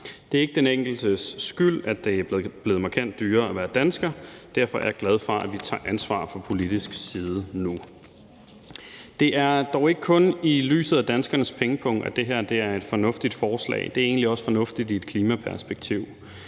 Det er ikke den enkeltes skyld, at det er blevet markant dyrere at være dansker, og derfor er jeg glad for, at vi tager ansvar fra politisk side nu. Det er dog ikke kun i lyset af danskernes pengepung, at det her er et fornuftigt forslag; det er egentlig også fornuftigt i et klimaperspektiv.